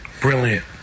Brilliant